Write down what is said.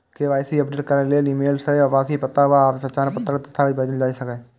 KYC update करै लेल email सं आवासीय पता आ पहचान पत्रक दस्तावेज भेजल जा सकैए